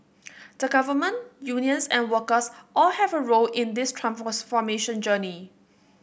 the government unions and workers all have a role in this journey